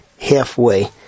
halfway